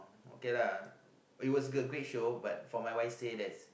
okay lah it was a a great show but for my wife say there's